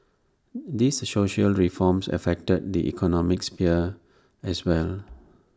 these social reforms affect the economic sphere as well